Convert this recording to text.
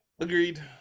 agreed